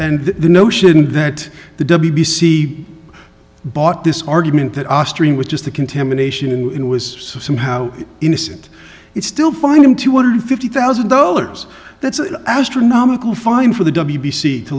and the notion that the double b c i bought this argument that austrian was just a contamination and it was somehow innocent it's still find him two hundred and fifty thousand dollars that's an astronomical fine for the w b c to